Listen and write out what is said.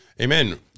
Amen